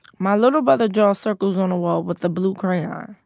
my little brother draws circles on a wall with a blue crayon.